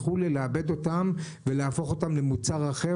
כמובן לעבד אותם ולהפוך אותם למוצר אחר,